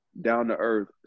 down-to-earth